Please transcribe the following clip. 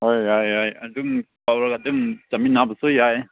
ꯍꯣꯏ ꯌꯥꯏ ꯌꯥꯏ ꯑꯗꯨꯝ ꯇꯧꯔꯒ ꯑꯗꯨꯝ ꯆꯠꯃꯤꯟꯅꯕꯁꯨ ꯌꯥꯏꯌꯦ